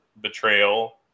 betrayal